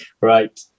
Right